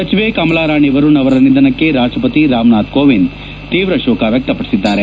ಸಚಿವೆ ಕೆಮಲಾ ರಾಣಿ ವರುಣ್ ಅವರ ನಿಧನಕ್ಕೆ ರಾಷ್ಷಪತಿ ರಾಮನಾಥ್ ಕೋವಿಂದ್ ತೀವ್ರ ಶೋಕ ವ್ಯಕ್ಷಪಡಿಸಿದ್ದಾರೆ